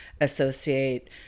associate